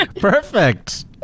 perfect